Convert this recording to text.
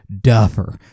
duffer